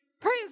Praise